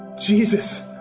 Jesus